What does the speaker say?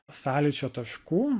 sąlyčio taškų